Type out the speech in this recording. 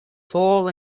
tall